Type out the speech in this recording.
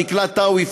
דקלה טקו,